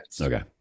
okay